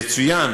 יצוין